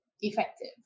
effective